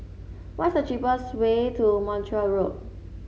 what's the cheapest way to Montreal Road